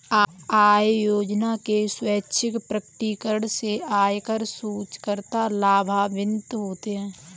आय योजना के स्वैच्छिक प्रकटीकरण से आयकर चूककर्ता लाभान्वित होते हैं